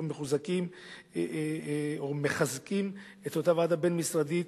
מחוזקים או מחזקים את אותה ועדה בין-משרדית,